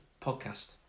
podcast